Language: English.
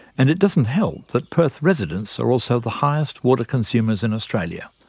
and it doesn't help that perth residents are also the highest water consumers in australia.